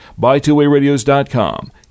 BuyTwoWayRadios.com